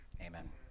Amen